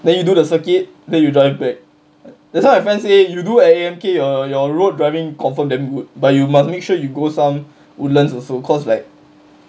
then you do the circuit then you join back that's why my friend say you do A_M_K or your road driving confirm damn good but you must make sure you go some woodlands also cause like